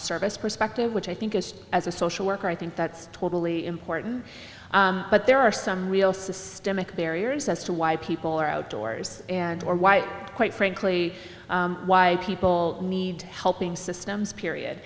service perspective which i think is as a social worker i think that's totally important but there are some real systemic barriers as to why people are outdoors and or why quite frankly why people need helping systems period